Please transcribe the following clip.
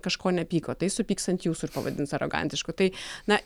kažko nepyko tai supyks ant jūsų ir pavadins arogantišku tai na